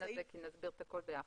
נסביר את הכול ביחד.